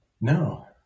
No